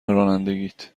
رانندگیت